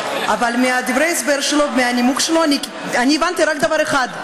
אבל מדברי ההסבר שלו ומהנימוק שלו אני הבנתי רק דבר אחד,